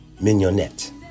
Mignonette